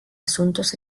asuntos